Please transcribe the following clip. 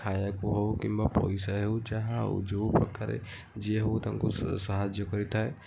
ଖାଇବାକୁ ହେଉ କିମ୍ବା ପଇସା ହେଉ ଯାହା ହେଉ ଯେଉଁ ପ୍ରକାର୍ରେ ଯିଏ ହେଉ ତାଙ୍କୁ ସାହାଯ୍ୟ କରିଥାଏ